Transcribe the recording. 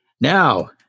Now